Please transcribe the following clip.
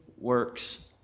works